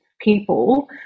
people